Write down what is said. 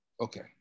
Okay